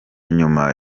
nyuma